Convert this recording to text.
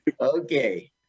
Okay